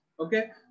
Okay